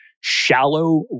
shallow